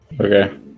Okay